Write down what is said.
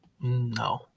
No